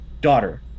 daughter